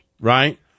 right